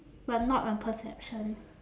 but not on perception